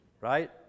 Right